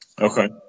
Okay